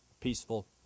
peaceful